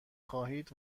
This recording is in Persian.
خواهید